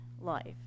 life